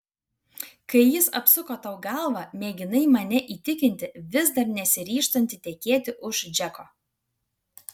kai jis apsuko tau galvą mėginai mane įtikinti vis dar nesiryžtanti tekėti už džeko